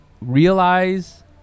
realize